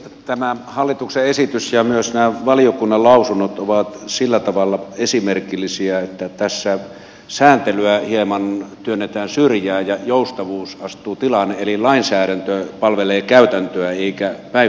tämä hallituksen esitys ja myös nämä valiokunnan lausunnot ovat sillä tavalla esimerkillisiä että tässä sääntelyä hieman työnnetään syrjään ja joustavuus astuu tilalle eli lainsäädäntö palvelee käytäntöä eikä päinvastoin